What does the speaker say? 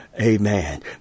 Amen